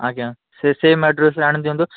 ଆଜ୍ଞା ସେ ସେମ୍ ଆଡ଼୍ରେସରେ ଆଣି ଦିଅନ୍ତୁ